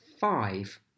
five